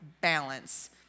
balance